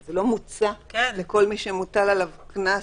זה לא מוצע לכל מי שמוטל עליו קנס,